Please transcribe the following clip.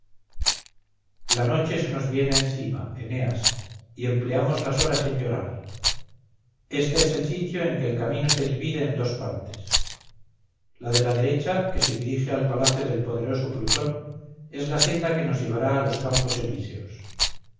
la noche se nos viene encima eneas y empleamos las horas en llorar este es el sitio en que el camino se divide en dos partes la de la derecha que se dirige al palacio del poderoso plutón es la senda que nos llevará a los campos elíseos